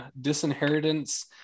disinheritance